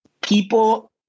people